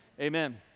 Amen